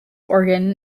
organ